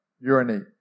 urinate